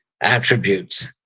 attributes